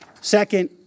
Second